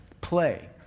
play